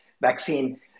vaccine